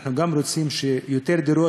אנחנו גם רוצים שיותר דירות,